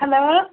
hello